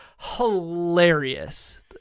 hilarious